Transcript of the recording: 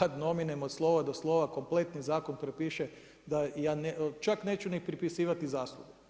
ad nomine od slova do slova kompletni zakon pripiše, da ja, čak neću ni pripisivati zastupniku.